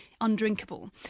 undrinkable